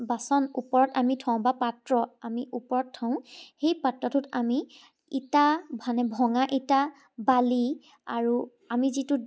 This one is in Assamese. বাচন ওপৰত আমি থওঁ বা পাত্ৰ আমি ওপৰত থওঁ সেই পাত্ৰটোত আমি ইটা মানে ভঙা ইটা বালি আৰু আমি যিটো